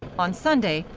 on sunday,